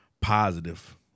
positive